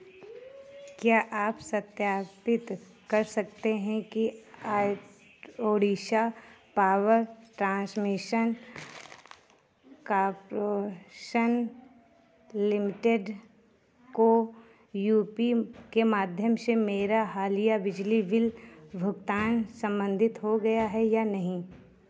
क्या आप सत्यापित कर सकते हैं कि आ Odisha power transmission corporation limited को यू पी के माध्यम से मेरा हालिया बिजली बिल भुगतान संबंधित हो गया है या नहीं